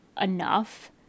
enough